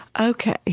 Okay